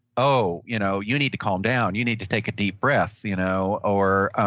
oh, you know you need to calm down. you need to take a deep breath. you know or,